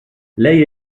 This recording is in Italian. lei